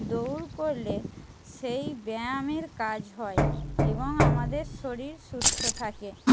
দৌড় করলে সেই ব্যায়ামের কাজ হয় এবং আমাদের শরীর সুস্থ থাকে